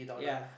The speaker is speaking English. yeah